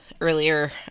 earlier